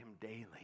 daily